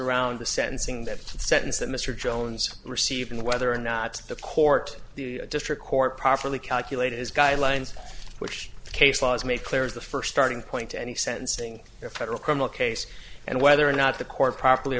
around the sentencing that sentence that mr jones received and whether or not the court the district court properly calculated his guidelines case was made clear as the first starting point to any sentencing a federal criminal case and whether or not the court properly